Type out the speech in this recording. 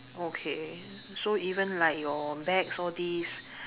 okay so even like your bags all these